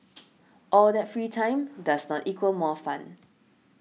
all that free time does not equal more fun